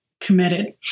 committed